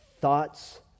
thoughts